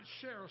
share